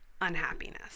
unhappiness